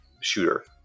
shooter